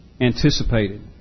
anticipated